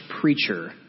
preacher